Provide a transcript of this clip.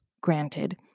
Granted